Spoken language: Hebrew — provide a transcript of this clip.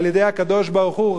על-ידי הקדוש-ברוך-הוא,